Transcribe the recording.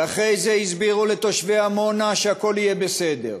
ואחרי זה הסבירו לתושבי עמונה שהכול יהיה בסדר,